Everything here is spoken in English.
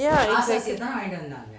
ya